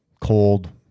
cold